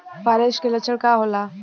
फारेस्ट के लक्षण का होला?